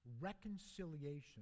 Reconciliation